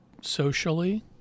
socially